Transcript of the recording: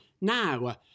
Now